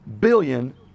billion